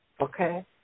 Okay